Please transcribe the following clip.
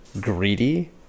greedy